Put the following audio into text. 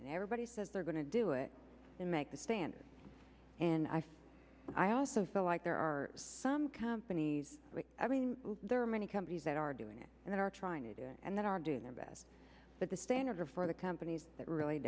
that everybody says they're going to do it to make the standard and i i also feel like there are some companies i mean there are many companies that are doing it and they are trying to do it and they are doing their best but the standards are for the companies that really